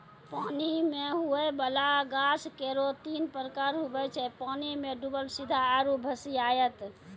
पानी मे हुवै वाला गाछ केरो तीन प्रकार हुवै छै पानी मे डुबल सीधा आरु भसिआइत